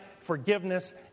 forgiveness